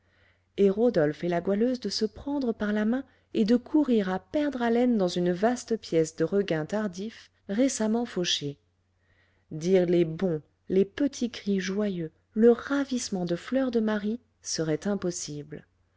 rodolphe et la goualeuse de se prendre par la main et de courir à perdre haleine dans une vaste pièce de regain tardif récemment fauché dire les bonds les petits cris joyeux le ravissement de fleur de marie serait impossible